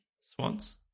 Swans